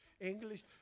English